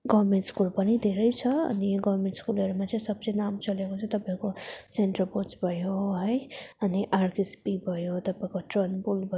government school पनि धेरै छ अनि गभर्नमेन्ट स्कुलहरूमा चाहिँ सबसे नाम चलेको चाहिँ तपाईँको सेन्ट रोबर्ट्स भयो है अनि आरकेएसपी भयो तपाईँको ट्रन्बुल भयो